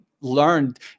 learned